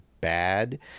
bad